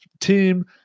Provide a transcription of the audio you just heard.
team